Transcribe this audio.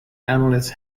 analysts